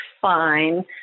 fine